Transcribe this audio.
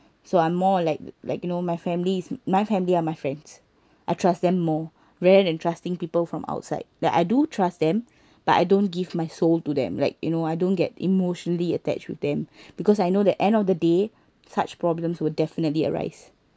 so I'm more like like you know my family is my family are my friends I trust them more rather than trusting people from outside that I do trust them but I don't give my soul to them like you know I don't get emotionally attached with them because I know the end of the day such problems will definitely arise